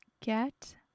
Get